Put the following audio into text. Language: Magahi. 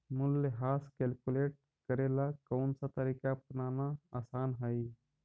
मूल्यह्रास कैलकुलेट करे ला कौनसा तरीका अपनाना आसान हई